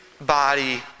body